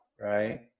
right